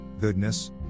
goodness